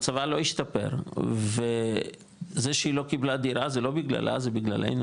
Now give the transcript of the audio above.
מצבה לא השתפר וזה שהיא לא קיבלה דירה זה לא בגללה זה בגללנו,